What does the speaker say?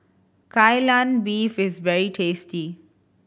Kai Lan Beef is very tasty